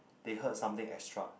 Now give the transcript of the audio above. they heard something extra